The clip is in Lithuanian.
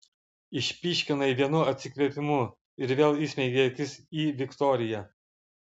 išpyškinai vienu atsikvėpimu ir vėl įsmeigei akis į viktoriją